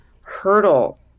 hurdle